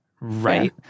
right